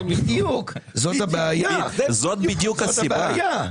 זאת בדיוק הסיבה,